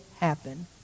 happen